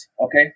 okay